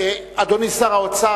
אדוני שר האוצר,